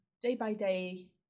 day-by-day